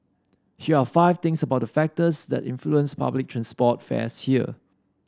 here are five things about factors that influence public transport fares here